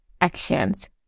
actions